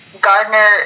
Gardner